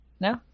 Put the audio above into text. No